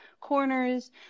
corners